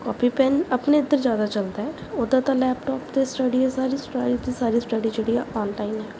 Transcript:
copy pen ਆਪਣੇ ਇੱਧਰ ਜ਼ਿਆਦਾ ਚੱਲਦਾ ਹੈ ਉੱਧਰ ਤਾਂ ਲੈਪਟੋਪ 'ਤੇ ਸਟੱਡੀ ਹੈ ਸਾਰੀ ਸਾਰੀ ਦੀ ਸਾਰੀ ਸਟੱਡੀ ਜਿਹੜੀ ਹੈ ਔਨਲਾਈਨ ਹੈ